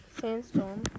Sandstorm